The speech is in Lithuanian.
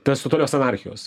tas totalios anarchijos